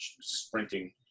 sprinting